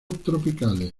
tropicales